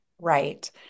Right